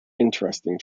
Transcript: interesting